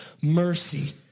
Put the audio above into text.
mercy